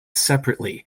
separately